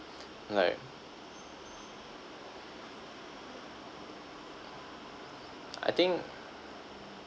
like I think